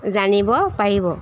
জানিব পাৰিব